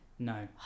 No